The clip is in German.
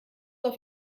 auf